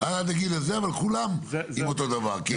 אבל כולם אותו דבר.